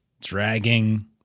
dragging